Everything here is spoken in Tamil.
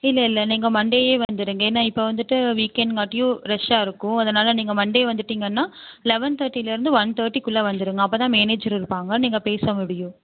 இல்லை இல்லை நீங்கள் மண்டேயே வந்துருங்க ஏன்னா இப்போ வந்துட்டு வீக்கெண்ட்க்காட்டியும் ரஷ்ஷாக இருக்கும் அதனால் நீங்கள் மண்டே வந்துட்டீங்கனா லவென் தர்ட்டிலேருந்து ஒன் தர்ட்டிக்குள்ளே வந்துருங்க அப்போ தான் மேனேஜர் இருப்பாங்க நீங்கள் பேச முடியும்